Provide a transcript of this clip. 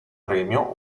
premio